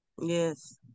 Yes